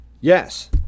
yes